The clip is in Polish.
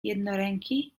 jednoręki